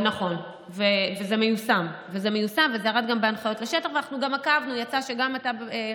אני רוצה רגע לומר: באמת,